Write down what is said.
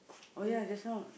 oh ya just now